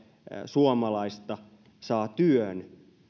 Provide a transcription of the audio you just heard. suomalaista saa työn